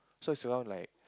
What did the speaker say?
so it's around like